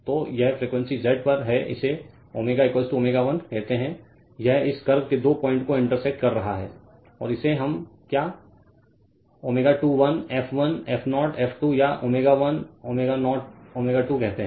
तो यह frequency Z पर है इसे ω ω 1 कहते है यह इस कर्व के दो पॉइंट को इंटेरसेक्ट कर रहा है और इसे हम क्या ω21 f 1 f 0 f 2 या ω 1 ω0 ω2 कहते हैं